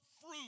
fruit